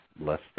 less